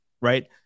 right